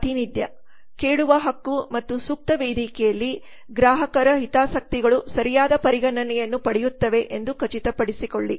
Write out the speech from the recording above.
ಪ್ರಾತಿನಿಧ್ಯ ಕೇಳುವ ಹಕ್ಕು ಮತ್ತು ಸೂಕ್ತ ವೇದಿಕೆಯಲ್ಲಿ ಗ್ರಾಹಕರ ಹಿತಾಸಕ್ತಿಗಳು ಸರಿಯಾದ ಪರಿಗಣನೆಯನ್ನು ಪಡೆಯುತ್ತವೆ ಎಂದು ಖಚಿತಪಡಿಸಿಕೊಳ್ಳಿ